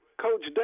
Coach